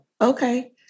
okay